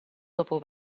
dopo